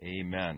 Amen